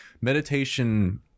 meditation